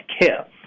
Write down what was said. care